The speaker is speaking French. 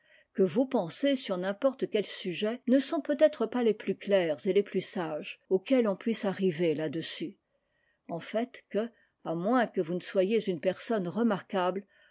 que vos pensées sur n'importe quel sujet ne sont peutêtre pas les plus claires et les plus sages auxquelles on puisse arriver là-dessus en fait que à moins que vous ne soyez une personne remarquable